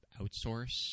outsource